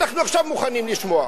אנחנו עכשיו מוכנים לשמוע.